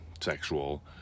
sexual